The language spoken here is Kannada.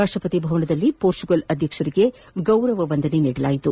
ರಾಷ್ಟ ಪತಿ ಭವನದಲ್ಲಿ ಪೋರ್ಚುಗಲ್ ಅಧ್ಯಕ್ಷರಿಗೆ ಗೌರವ ವಂದನೆ ನೀಡಲಾಯಿತು